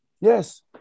yes